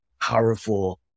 powerful